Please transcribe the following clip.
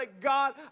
God